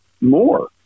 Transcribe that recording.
more